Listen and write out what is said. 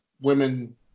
women